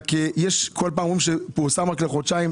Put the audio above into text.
רק כל פעם אומרים שפורסם רק לחודשיים.